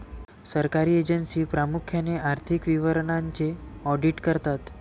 सरकारी एजन्सी प्रामुख्याने आर्थिक विवरणांचे ऑडिट करतात